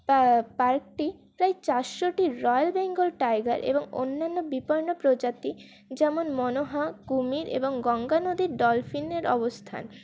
পার্কটি প্রায় চারশোটি রয়্যাল বেঙ্গল টাইগার এবং অন্যান্য বিপন্ন প্রজাতি যেমন মনহা কুমীর এবং গঙ্গা নদীর ডলফিনের অবস্থান